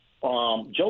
Joe